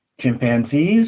chimpanzees